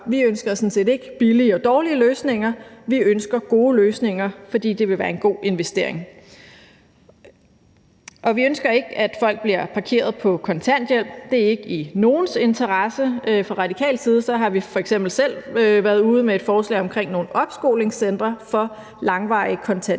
sådan set ikke billige og dårlige løsninger. Vi ønsker gode løsninger, fordi det vil være en god investering. Vi ønsker ikke, at folk bliver parkeret på kontanthjælp. Det er ikke i nogens interesse. Fra radikal side har vi f.eks. selv været ude med et forslag omkring nogle opskolingscentre for langvarige kontanthjælpsmodtagere.